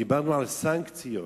דיברנו על סנקציות.